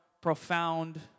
profound